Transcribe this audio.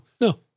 no